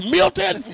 Milton